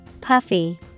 puffy